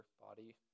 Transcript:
body